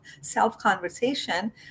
self-conversation